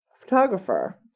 photographer